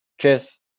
Cheers